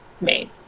made